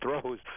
throws